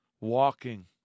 walking